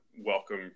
welcome